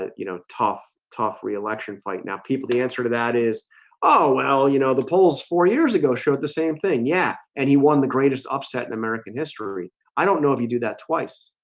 ah you know tough tough reelection fight now people the answer to that is oh well you know the polls four years ago showed the same thing. yeah, and he won the greatest upset in american history i don't know if you do that twice.